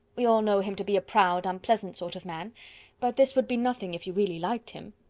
we all know him to be a proud, unpleasant sort of man but this would be nothing if you really liked him.